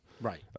Right